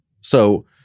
So-